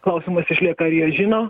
klausimas išlieka ar jie žino